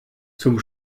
zum